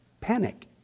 Panic